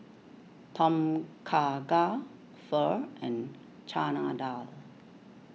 Tom Kha Gai Pho and Chana Dal